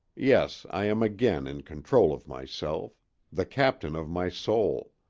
yes, i am again in control of myself the captain of my soul.